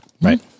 Right